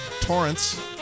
Torrance